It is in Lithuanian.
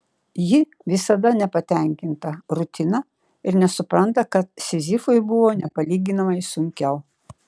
ji visada nepatenkinta rutina ir nesupranta kad sizifui buvo nepalyginamai sunkiau